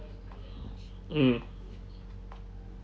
mm